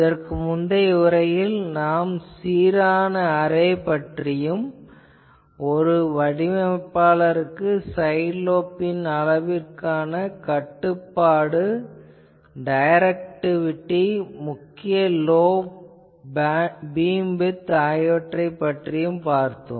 இதற்கு முந்தைய உரையில் நாம் சீரான அரே பற்றியும் ஒரு வடிவமைப்பாளருக்கு சைட் லோப்பின் அளவுக்கான கட்டுப்பாடு டைரக்டிவிட்டி முக்கிய லோப் பீம்விட்த் ஆகியவற்றையும் பார்த்தோம்